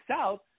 South